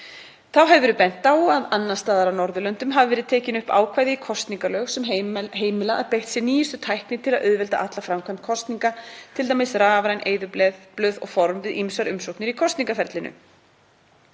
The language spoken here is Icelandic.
Þá hefur verið bent á að annars staðar á Norðurlöndum hafi verið tekin upp ákvæði í kosningalög sem heimila að beitt sé nýjustu tækni til að auðvelda alla framkvæmd kosninga, t.d. rafræn eyðublöð og form við ýmsar umsóknir í kosningaferlinu.“